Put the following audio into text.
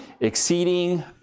exceeding